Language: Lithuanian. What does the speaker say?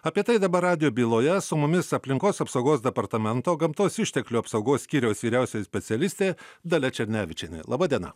apie tai dabar radijo byloje su mumis aplinkos apsaugos departamento gamtos išteklių apsaugos skyriaus vyriausioji specialistė dalia černevičienė laba diena